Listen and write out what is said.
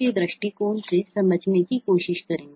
के दृष्टिकोण से समझने की कोशिश करेंगे